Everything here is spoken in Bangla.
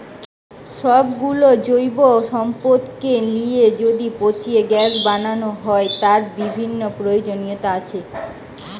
সব গুলো জৈব সম্পদকে লিয়ে যদি পচিয়ে গ্যাস বানানো হয়, তার বিভিন্ন প্রয়োজনীয়তা আছে